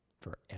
forever